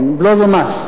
כן, הבלו זה מס.